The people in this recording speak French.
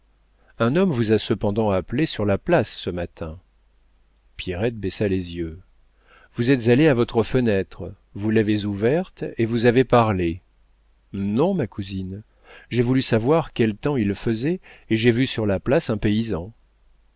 un homme vous a cependant appelée sur la place ce matin pierrette baissa les yeux vous êtes allée à votre fenêtre vous l'avez ouverte et vous avez parlé non ma cousine j'ai voulu savoir quel temps il faisait et j'ai vu sur la place un paysan